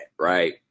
right